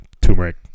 turmeric